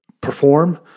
perform